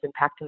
impacting